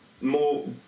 more